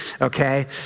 okay